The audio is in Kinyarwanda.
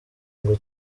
ngo